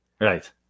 Right